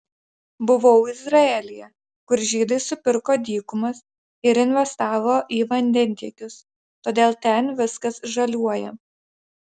buvau izraelyje kur žydai supirko dykumas ir investavo į vandentiekius todėl ten viskas žaliuoja